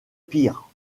pire